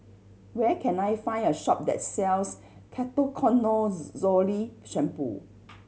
where can I find a shop that sells Ketoconazole Shampoo